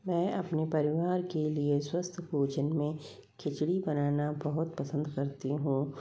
मैं अपने परिवार के लिए स्वस्थ भोजन में खिचड़ी बनाना बहुत पसंद करती हूँ